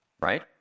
Right